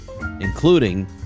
including